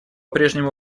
прежнему